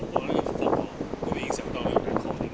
不然那个 fort orh 会不会影像到你的 recording